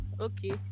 okay